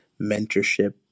mentorship